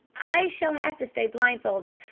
i shall have to stay blindfolded.